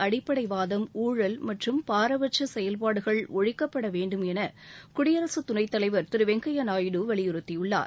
அடிப்படைவாதம் ஊழல் மற்றும் பாரபட்ச செயல்பாடுகள் ஒழிக்கப்பட வேண்டும் என குடியரசு துணைத் தலைவர் திரு வெங்கைய நாயுடு வலியுறுத்தியுள்ளார்